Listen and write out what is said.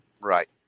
Right